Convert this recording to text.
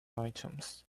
items